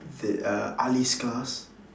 the uh ali's class